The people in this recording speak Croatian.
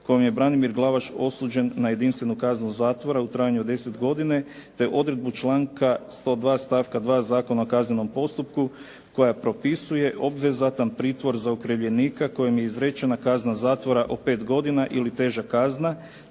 kojom je Branimir Glavaš osuđen na jedinstvenu kaznu zatvora u trajanju od 10 godina te odredbu članka 102. stavka 2. Zakona o kaznenom postupku koja propisuje obvezatan pritvor za okrivljenika kojem je izrečena kazna zatvora od pet godina ili teža kazna